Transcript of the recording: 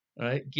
right